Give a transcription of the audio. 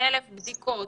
30,000 בדיקות.